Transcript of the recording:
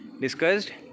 Discussed